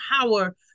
power